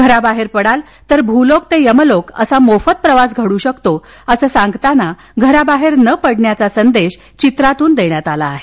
घराबाहेर पडाल तर भूलोक ते यमलोक असा मोफत प्रवास घडू शकतो असं सांगताना घराबाहेर न पडल्याचा संदेश या चित्रातून दिला गेला आहे